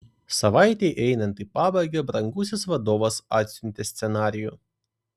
savaitei einant į pabaigą brangusis vadovas atsiuntė scenarijų